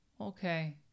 Okay